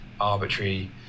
arbitrary